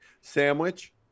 Sandwich